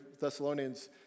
Thessalonians